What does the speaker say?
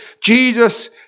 Jesus